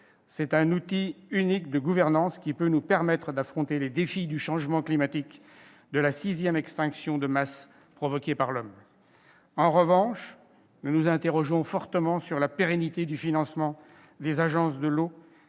C'est un outil unique de gouvernance, qui peut nous permettre d'affronter les défis du changement climatique et de la sixième extinction de masse provoquée par l'homme. En revanche, nous nous interrogeons fortement sur la pérennité du financement des agences de l'eau,